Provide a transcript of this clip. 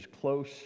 close